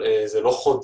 זה מפני שזה לא חודר